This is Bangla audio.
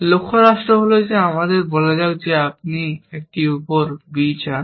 লক্ষ্য রাষ্ট্র হল যে আমাদের বলা যাক যে আপনি একটি উপর b চান